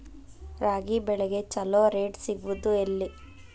ರಾಗಿ ಬೆಳೆಗೆ ಛಲೋ ರೇಟ್ ಸಿಗುದ ಎಲ್ಲಿ?